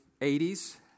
80s